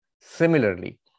similarly